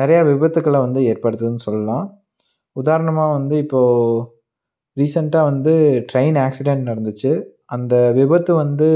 நிறையா விபத்துக்களை வந்து ஏற்படுத்துதுனு சொல்லலாம் உதாரணமாக வந்து இப்போது ரீசெண்டாக வந்து ட்ரெயின் ஆக்சிடென்ட் நடந்துச்சு அந்த விபத்து வந்து